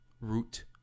root